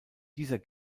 dieser